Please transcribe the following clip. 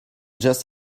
just